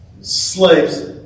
slaves